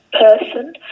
person